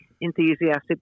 enthusiastic